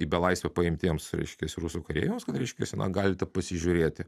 į belaisvę paimtiems reiškiasi rusų kareiviams kad reiškiasi galite pasižiūrėti